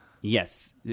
Yes